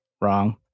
Wrong